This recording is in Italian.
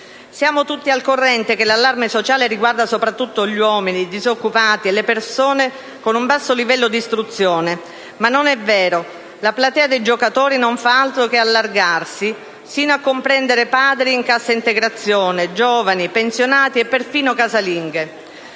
Siamo tutti al corrente del fatto che l'allarme sociale riguarda soprattutto gli uomini, i disoccupati e le persone con un basso livello di istruzione, ma non è vero: la platea dei giocatori non fa altro che allargarsi, sino a comprendere padri in cassa integrazione, giovani, pensionati e perfino casalinghe.